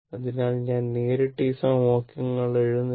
അതിനാൽ ഞാൻ നേരിട്ട് ഈ സമവാക്യങ്ങൾ എഴുതുന്നില്ല